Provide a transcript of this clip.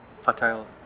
fertile